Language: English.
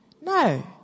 No